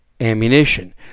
ammunition